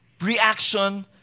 reaction